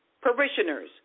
parishioners